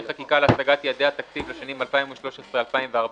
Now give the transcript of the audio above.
חקיקה להשגת יעדי התקציב לשנים 2013 ו־2014),